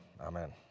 Amen